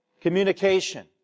communication